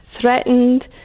threatened